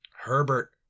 Herbert